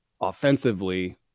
offensively